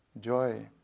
joy